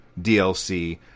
DLC